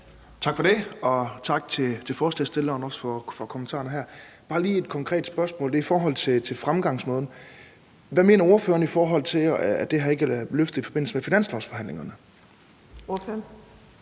ordføreren for forslagsstillerne for kommentarerne her. Jeg har bare lige et konkret spørgsmål. Det er i forhold til fremgangsmåden. Hvad mener ordføreren i forhold til, at det her ikke er løftet i forbindelse med finanslovsforhandlingerne?